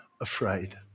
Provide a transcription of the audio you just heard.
afraid